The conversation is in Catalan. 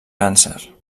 càncer